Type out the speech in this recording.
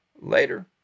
later